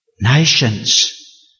nations